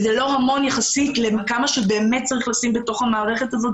וזה לא המון יחסית לכמה באמת צריכים לשים במערכת הזאת.